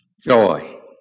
Joy